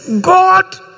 God